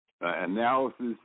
analysis